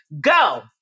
Go